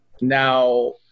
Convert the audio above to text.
now